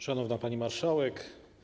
Szanowna Pani Marszałek!